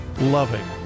loving